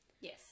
Yes